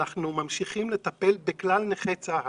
אנחנו ממשיכים לטפל בכלל נכי צה"ל.